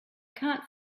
can’t